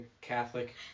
Catholic